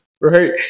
Right